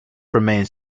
remains